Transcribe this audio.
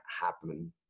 happen